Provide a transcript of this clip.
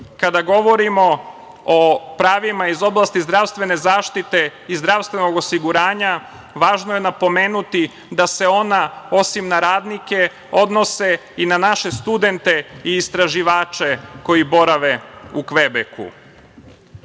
govorimo o pravima iz oblasti zdravstvene zaštite i zdravstvenog osiguranja važno je napomenuti da se ona osim na radnike odnose i na naše studente i istraživače koji borave u Kvebeku. Što